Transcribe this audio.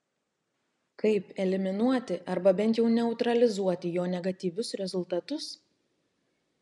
kaip eliminuoti arba bent jau neutralizuoti jo negatyvius rezultatus